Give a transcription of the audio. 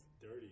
Dirty